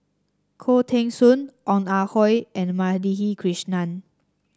Khoo Teng Soon Ong Ah Hoi and Madhavi Krishnan